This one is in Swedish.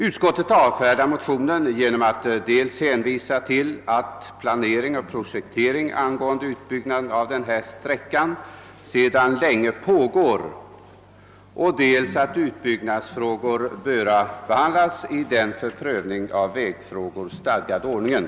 Utskottet avfärdar motionen genom att dels hänvisa till att planering och projektering angående utbyggnaden av denna sträcka sedan länge pågår och dels att utbyggnadsfrågor bör behandlas i den för prövning av vägfrågor stadgade ordningen.